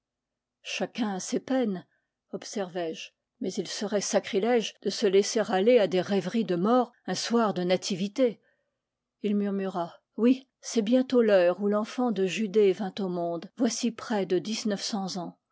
chacun a ses peines observai-je mais il serait sacrilège de se laisser aller à des rêveries de mort un soir de nativité il murmura oui c'est bientôt l'heure où l'enfant de judée vint au monde voici près de dix-neuf cents ans